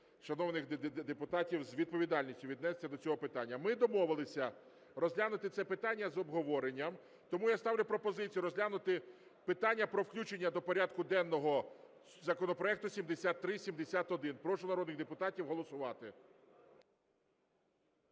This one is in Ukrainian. шановний депутатів з відповідальністю віднестися до цього питання. Ми домовились розглянути це питання з обговоренням. Тому я ставлю пропозицію розглянути питання про включення до порядку денного законопроекту 7371. Прошу народних депутатів голосувати.